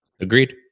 Agreed